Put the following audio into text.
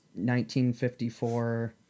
1954